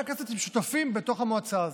כשחברי הכנסת שותפים בתוך המועצה הזאת.